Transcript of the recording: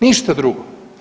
Ništa drugo.